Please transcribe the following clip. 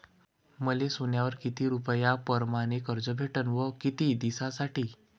मले सोन्यावर किती रुपया परमाने कर्ज भेटन व किती दिसासाठी?